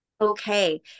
Okay